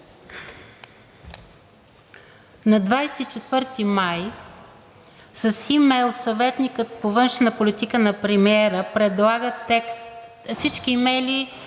На 24 май с имейл съветникът по външна политика на премиера предлага текст, всички имейли